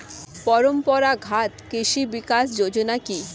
পরম্পরা ঘাত কৃষি বিকাশ যোজনা কি?